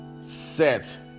set